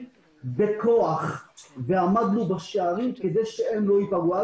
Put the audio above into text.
בכוח ועמדנו בשערים כדי שהם לא ייפגעו.